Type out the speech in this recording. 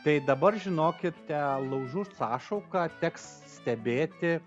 tai dabar žinokite laužų sąšauką teks stebėti